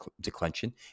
declension